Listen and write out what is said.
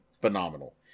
phenomenal